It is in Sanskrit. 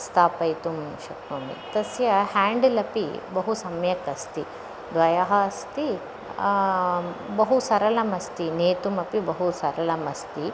स्थापयितुं शक्नोमि तस्य हाण्ड्ल् अपि बहु सम्यक् अस्ति द्वयः अस्ति बहु सरलमस्ति नेतुमपि बहु सरलमस्ति